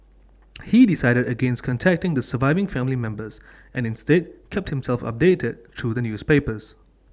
he decided against contacting the surviving family members and instead kept himself updated through the newspapers